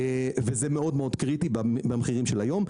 וזה מאוד קריטי במחירים של היום.